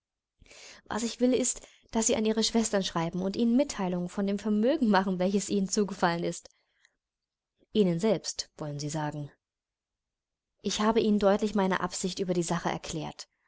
was ich will ist daß sie an ihre schwestern schreiben und ihnen mitteilung von dem vermögen machen welches ihnen zugefallen ist ihnen selbst wollen sie sagen ich habe ihnen deutlich meine ansicht über die sache erklärt